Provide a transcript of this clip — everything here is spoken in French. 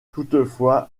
toutefois